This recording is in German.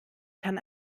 kann